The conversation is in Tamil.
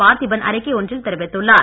பார்த்திபன் அறிக்கை ஒன்றில் தெரிவித்துள்ளார்